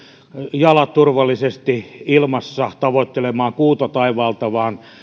jalat turvallisesti ilmassa tavoittelemaan kuuta taivaalta vaan